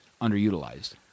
underutilized